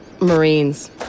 Marines